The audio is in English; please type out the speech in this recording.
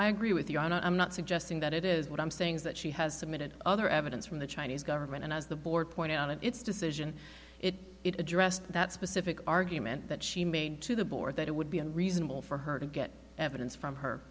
i agree with you and i'm not suggesting that it is what i'm saying is that she has submitted other evidence from the chinese government and as the board point out of its decision it addressed that specific argument that she made to the board that it would be reasonable for her to get evidence from her